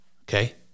okay